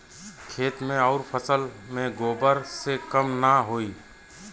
खेत मे अउर फसल मे गोबर से कम ना होई?